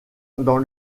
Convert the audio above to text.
dans